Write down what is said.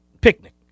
picnic